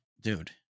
dude